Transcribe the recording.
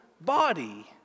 body